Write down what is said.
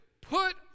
Put